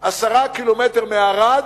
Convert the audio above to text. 10 קילומטרים מערד